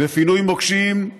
בפינוי מוקשים,